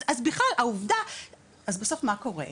אז בסוף מה קורה,